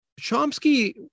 Chomsky